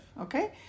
Okay